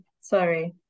Sorry